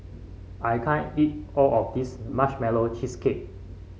I can't eat all of this Marshmallow Cheesecake